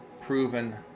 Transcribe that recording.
Proven